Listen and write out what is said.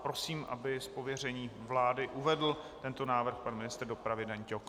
Prosím, aby z pověření vlády uvedl tento návrh pan ministr dopravy Dan Ťok.